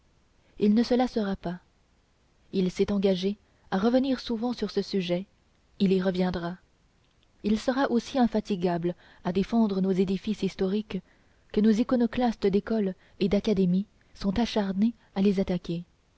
il ne se lassera pas il s'est engagé à revenir souvent sur ce sujet il y reviendra il sera aussi infatigable à défendre nos édifices historiques que nos iconoclastes d'écoles et d'académies sont acharnés à les attaquer